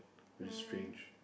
which is strange